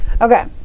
Okay